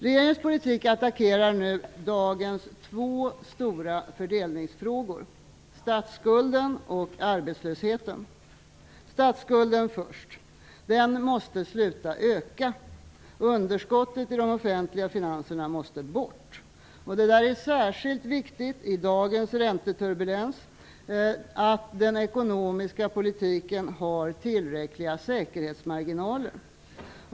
Regeringens politik attackerar nu dagens två stora fördelningsproblem: statsskulden och arbetslösheten. Jag skall först tala om statsskulden. Den måste sluta att öka. Underskottet i de offentliga finanserna måste bort. Det är särskilt viktigt i dagens ränteturbulens att den ekonomiska politiken har tillräckliga säkerhetsmarginaler.